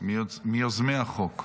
מיוזמי החוק.